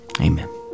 Amen